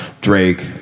Drake